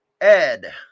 ed